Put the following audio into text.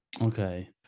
okay